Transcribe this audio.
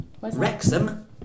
Wrexham